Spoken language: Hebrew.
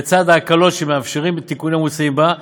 לצד ההקלות שמאפשרים התיקונים המוצעים בה,